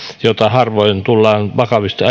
mitä harvoin tullaan vakavasti